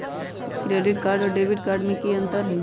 Credit card और debit card में की अंतर हई?